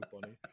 funny